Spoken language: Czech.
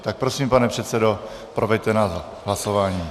Tak prosím, pane předsedo, proveďte nás hlasováním.